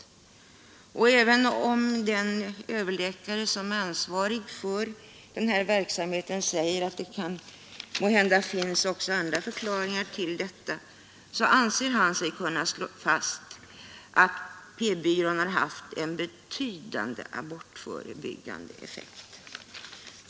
Även om den överläkare som är ansvarig för denna verksamhet säger att det måhända finns också andra förklaringar härtill, anser han sig kunna slå fast att p-byrån har haft en betydande abortförebyggande effekt.